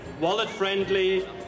wallet-friendly